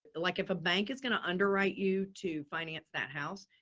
like if a bank is going to underwrite you to finance that house,